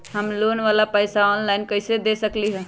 हम लोन वाला पैसा ऑनलाइन कईसे दे सकेलि ह?